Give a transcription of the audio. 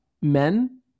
men